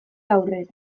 aurrera